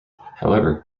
however